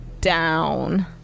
down